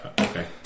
Okay